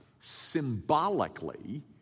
symbolically